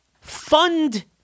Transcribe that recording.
fund